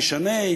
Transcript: זה ישנה,